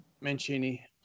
Mancini